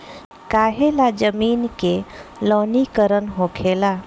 काहें ला जमीन के लवणीकरण होखेला